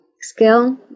skill